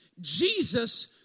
Jesus